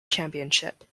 championship